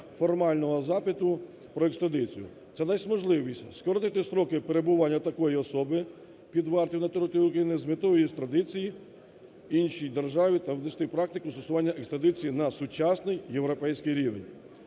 Це дасть можливість скоротити строки перебування такої особи під вартою на території України з метою її екстрадиції іншій державі та винести практику застосування екстрадиції на сучасний європейський рівень.